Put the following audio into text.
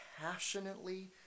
passionately